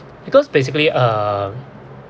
because basically uh